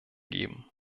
geben